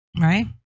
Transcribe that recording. Right